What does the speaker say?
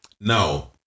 Now